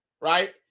right